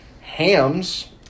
hams